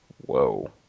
Whoa